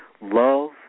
Love